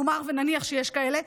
נאמר ונניח שיש כאלה,